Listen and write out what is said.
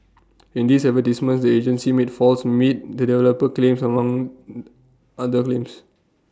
in these advertisements the agency made false meet the developer claims among other claims